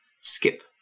skip